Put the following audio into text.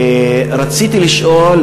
ורציתי לשאול,